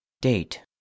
Date